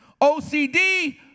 OCD